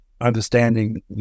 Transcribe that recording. understanding